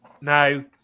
Now